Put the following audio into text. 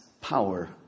power